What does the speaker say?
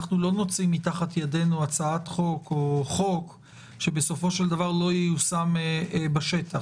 לא נוציא מתחת ידינו הצעת חוק או חוק שבסופו של דבר לא ייושם בשטח.